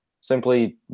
simply